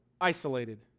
isolated